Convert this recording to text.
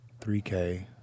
3K